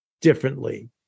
differently